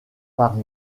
par